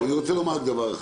אבל אני רוצה לומר רק דבר אחד.